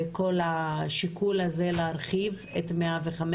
כל השיקול הזה להרחיב את 105,